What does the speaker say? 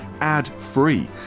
ad-free